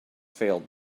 failed